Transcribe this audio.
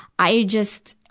i just,